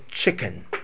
chicken